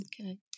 Okay